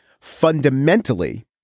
Fundamentally